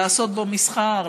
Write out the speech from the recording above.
לעשות בו מסחר,